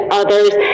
others